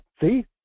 see